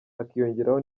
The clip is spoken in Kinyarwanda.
hakiyongeraho